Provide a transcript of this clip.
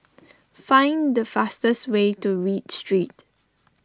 find the fastest way to Read Street